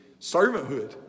servanthood